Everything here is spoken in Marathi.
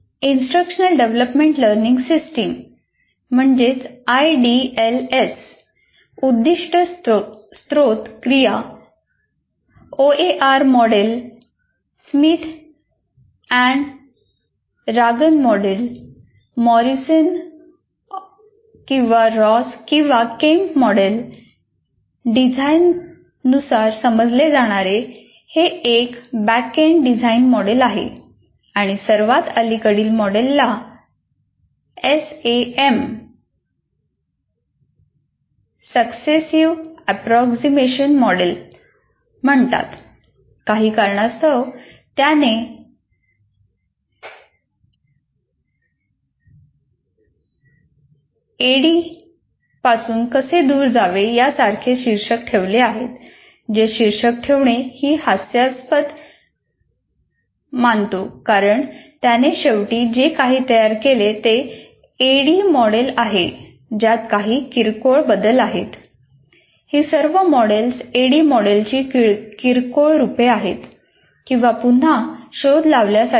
इंस्ट्रक्शनल डेव्हलपमेंट लर्निंग सिस्टम मॉडेलची किरकोळ रूपे आहेत किंवा पुन्हा शोध लावल्यासारखे आहेत